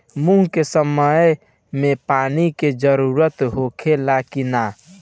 मूंग के समय मे पानी के जरूरत होखे ला कि ना?